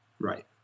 Right